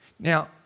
Now